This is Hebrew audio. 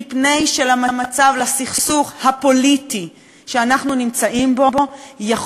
מפני שלסכסוך הפוליטי שאנחנו נמצאים בו יכול